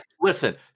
Listen